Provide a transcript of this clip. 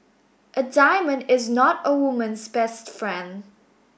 a diamond is not a woman's best friend